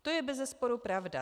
To je bezesporu pravda.